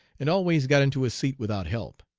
and always got into his seat without help.